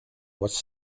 was